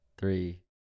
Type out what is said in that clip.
three